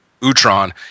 utron